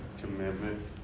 commitment